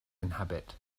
inhabit